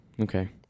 Okay